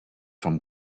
from